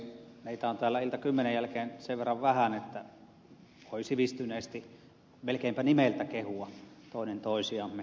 meitä on täällä iltakymmenen jälkeen sen verran vähän että voimme sivistyneesti melkeinpä nimeltä kehua toinen toisiamme